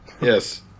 Yes